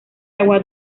agua